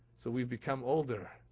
so we've become older.